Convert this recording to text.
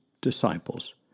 disciples